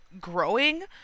growing